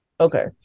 Okay